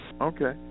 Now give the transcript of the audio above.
Okay